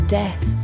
death